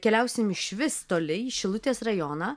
keliausim išvis toli į šilutės rajoną